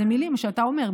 אלה מילים שאתה אומר,